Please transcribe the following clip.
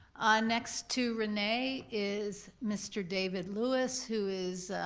next to rene is mr. david lewis, who is